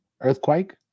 earthquake